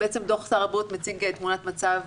דו"ח שר הבריאות מציג תמונת מצב,